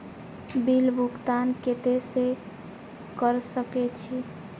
Bill भुगतान केते से कर सके छी?